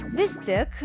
vis tik